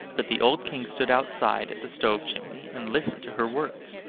but the old king stood outside at the stove chimney, and listened to her words.